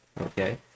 Okay